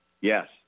Yes